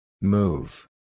Move